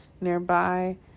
nearby